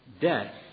death